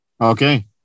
Okay